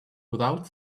without